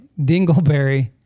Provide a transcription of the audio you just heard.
dingleberry